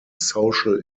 social